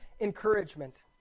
encouragement